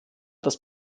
das